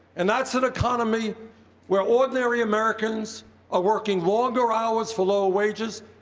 and that's an economy where ordinary americans are working longer hours for low wagers.